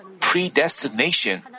predestination